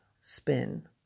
spin